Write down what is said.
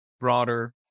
broader